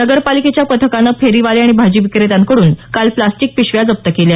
नगरपालिकेच्या पथकानं फेरीवाले आणि भाजीविक्रेत्यांकडून काल प्लास्टिक पिशव्या जप्त केल्या